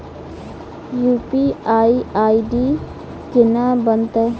UPI ID केना बनतै?